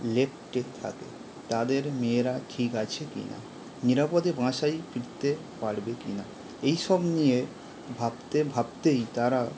লেপ্টে থাকে তাদের মেয়েরা ঠিক আছে কিনা নিরাপদে বাসায় ফিরতে পারবে কিনা এইসব নিয়ে ভাবতে ভাবতেই তারা